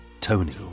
Tony